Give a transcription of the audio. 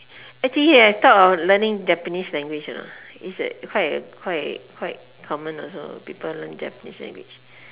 actually I thought of learning Japanese language you know is a quite quite quite common also people learn Japanese language